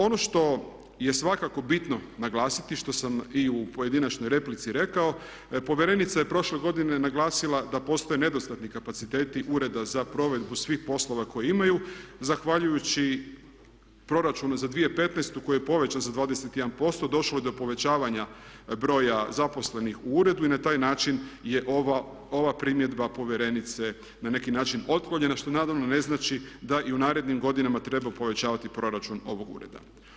Ono što je svakako bitno naglasiti, što sam i u pojedinačnoj replici rekao, povjerenica je prošle godine naglasila da postoje nedostatni kapaciteti Ureda za provedbu svih poslova koje imaju zahvaljujući proračunu za 2015. koji je povećan za 21% došlo je do povećavanja broja zaposlenih u uredu i na taj način je ova primjedba povjerenice na neki način otklonjena što naravno ne znači da i u narednim godinama treba povećavati proračun ovog ureda.